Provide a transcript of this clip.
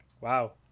wow